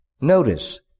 Notice